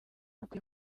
ukwiye